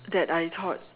that I thought